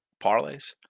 parlays